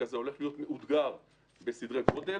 זה הולך להיות מאותגר בסדרי גודל